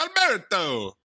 Alberto